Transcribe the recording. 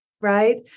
Right